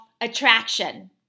attraction